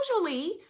usually